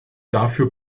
dafür